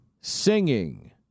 singing